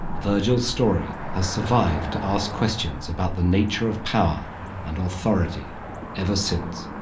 virgil's story has survived to ask questions about the nature of power and authority ever since.